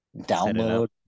download